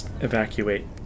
evacuate